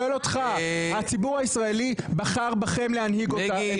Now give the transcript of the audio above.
הציבור הישראלי בחר בכם להנהיג אותנו,